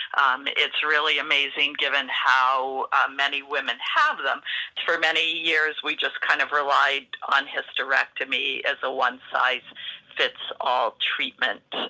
um it's really amazing given how many women have them for many years we just kind of relied on hysterectomy as a one size fits all treatment